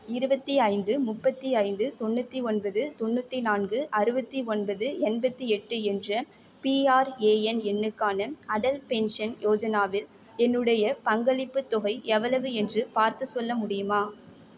இருபத்தி ஐந்து முப்பத்தி ஐந்து தொண்ணூற்றி ஒன்பது தொண்ணூற்றி நான்கு அறுபத்தி ஒன்பது எண்பத்தி எட்டு என்ற பிஆர்ஏஎன் எண்ணுக்கான அடல் பென்ஷன் யோஜனாவில் என்னுடைய பங்களிப்புத் தொகை எவ்வளவு என்று பார்த்துச் சொல்ல முடியுமா